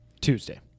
Tuesday